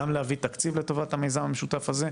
גם להביא תקציב לטובת המיזם המשותף הזה,